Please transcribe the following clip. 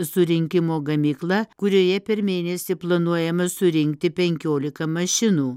surinkimo gamykla kurioje per mėnesį planuojama surinkti penkiolika mašinų